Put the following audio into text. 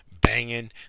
banging